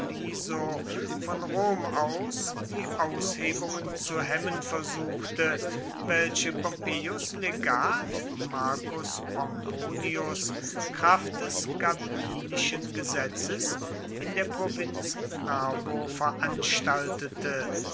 piso von rom aus die aushebungen zu hemmen versuchte welche pompeius legat marcus pomponius kraft des gabinischen gesetzes in der provinz narbo veranstaltete